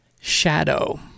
shadow